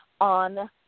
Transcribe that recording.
on